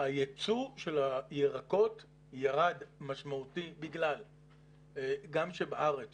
היצוא של הירקות ירד משמעותית בגלל שגם בארץ